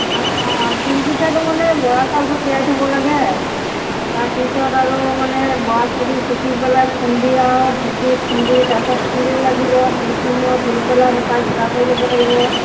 অ তিল পিঠা দেখোন এই বৰা চাউলটো তিয়াই থ'ব লাগে তাৰপিছত আৰু মানে বৰা চাউলটো টুকি পেলাই খুন্দি আৰু ঢেকীত খুন্দি তাৰপিছত তিল লাগিব তিল খিনিও ধুই পেলাই শুকাই গুৰা কৰি ল'ব লাগিব